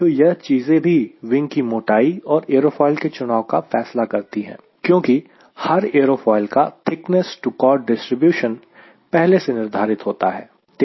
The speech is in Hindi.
तो यह चीजें भी विंग की मोटाई और एरोफोइल के चुनाव का फैसला करती हैं क्योंकि हर एरोफोइल का थिकनेस टू कोर्ड डिस्ट्रीब्यूशन पहले से निर्धारित होता है